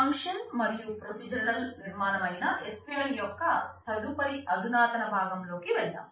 function నిర్మాణం అయిన SQL యొక్క తదుపరి అధునాతన భాగంలోకి వెళ్దాం